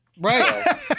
Right